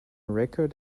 record